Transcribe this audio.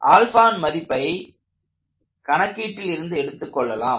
ன் மதிப்பை கணக்கீட்டில் இருந்து எடுத்துக் கொள்ளலாம்